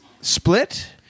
split